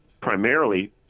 primarily –